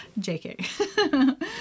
jk